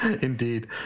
Indeed